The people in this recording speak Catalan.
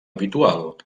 habitual